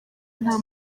nta